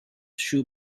shoes